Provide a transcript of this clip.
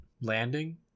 landing